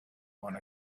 want